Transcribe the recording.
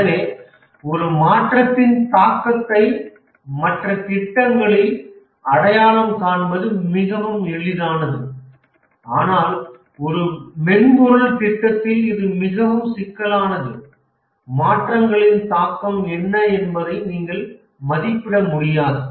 எனவே ஒரு மாற்றத்தின் தாக்கத்தை மற்ற திட்டங்களில் அடையாளம் காண்பது மிகவும் எளிதானது ஆனால் ஒரு மென்பொருள் திட்டத்தில் இது மிகவும் சிக்கலானது மாற்றங்களின் தாக்கம் என்ன என்பதை நீங்கள் மதிப்பிட முடியாது